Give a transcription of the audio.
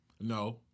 No